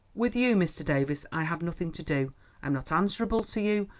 with you, mr. davies, i have nothing to do i am not answerable to you.